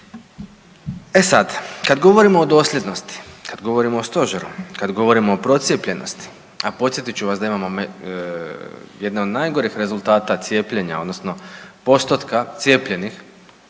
E sad, kad govorimo o dosljednosti, kad govorimo o stožeru, kad govorimo o procijepljenosti, a podsjetit ću vas da imamo jedne od najgorih rezultata cijepljenja odnosno postotka cijepljenih